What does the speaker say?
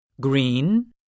green